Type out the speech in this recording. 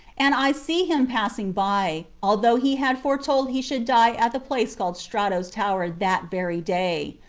and i see him passing by, although he had foretold he should die at the place called strato's tower that very day,